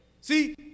See